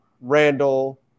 Randall